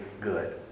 good